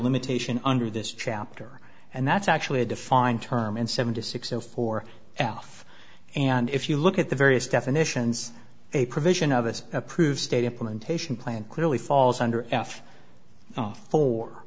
limitation under this chapter and that's actually a defined term in seven to six zero four f and if you look at the various definitions a provision of this approved state implementation plan clearly falls under f